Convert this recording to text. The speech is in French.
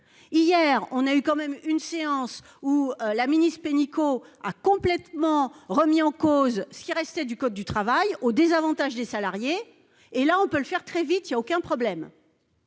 hier, une séance, au cours de laquelle la ministre Pénicaud a complètement remis en cause ce qui restait du code du travail, au désavantage des salariés ; ça, on peut le faire très vite, il n'y a aucun problème